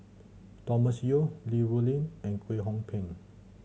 Thomas Yeo Li Rulin and Kwek Hong Png